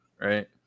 right